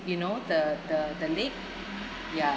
you know the the the lake ya